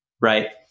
right